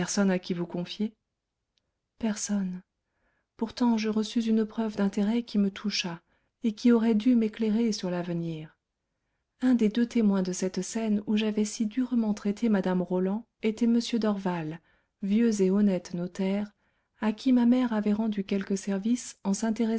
à qui vous confier personne pourtant je reçus une preuve d'intérêt qui me toucha et qui aurait dû m'éclairer sur l'avenir un des deux témoins de cette scène où j'avais si durement traité mme roland était m dorval vieux et honnête notaire à qui ma mère avait rendu quelques services en